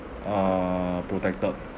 uh protected